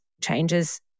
changes